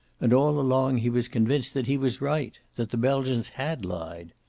and all along he was convinced that he was right that the belgians had lied.